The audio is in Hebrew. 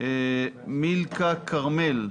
מילכה כרמל,